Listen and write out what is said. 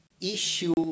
issue